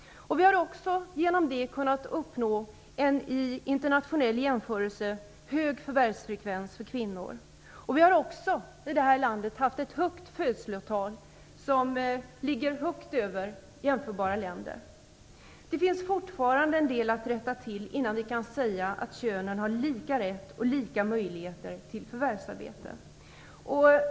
Vi har också genom det kunnat uppnå en i internationell jämförelse hög förvärvsfrekvens för kvinnor. Vi har också i det här landet haft ett födelsetal som ligger högt över jämförbara länders. Det finns fortfarande en del att rätta till innan vi kan säga att könen har lika möjligheter och lika rätt till förvärvsarbete.